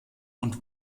und